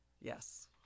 Yes